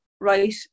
right